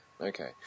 Okay